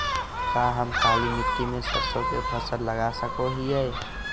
का हम काली मिट्टी में सरसों के फसल लगा सको हीयय?